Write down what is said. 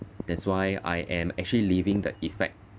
that's why I am actually living the effect